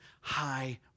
high